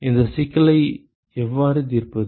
இந்த சிக்கலை எவ்வாறு தீர்ப்பது